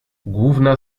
główna